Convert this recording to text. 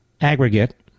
aggregate